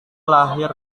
lahir